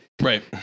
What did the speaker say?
right